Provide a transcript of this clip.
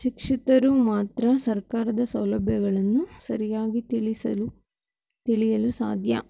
ಶಿಕ್ಷಿತರು ಮಾತ್ರ ಸರ್ಕಾರದ ಸೌಲಭ್ಯಗಳನ್ನು ಸರಿಯಾಗಿ ತಿಳಿಸಲು ತಿಳಿಯಲು ಸಾಧ್ಯ